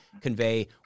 convey